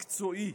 מקצועי,